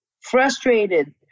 frustrated